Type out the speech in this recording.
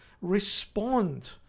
respond